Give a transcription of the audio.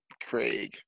Craig